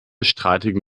streitigen